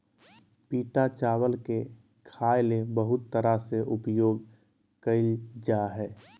पिटा चावल के खाय ले बहुत तरह से उपयोग कइल जा हइ